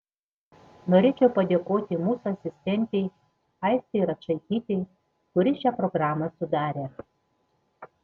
norėčiau padėkoti mūsų asistentei aistei račaitytei kuri šią programą sudarė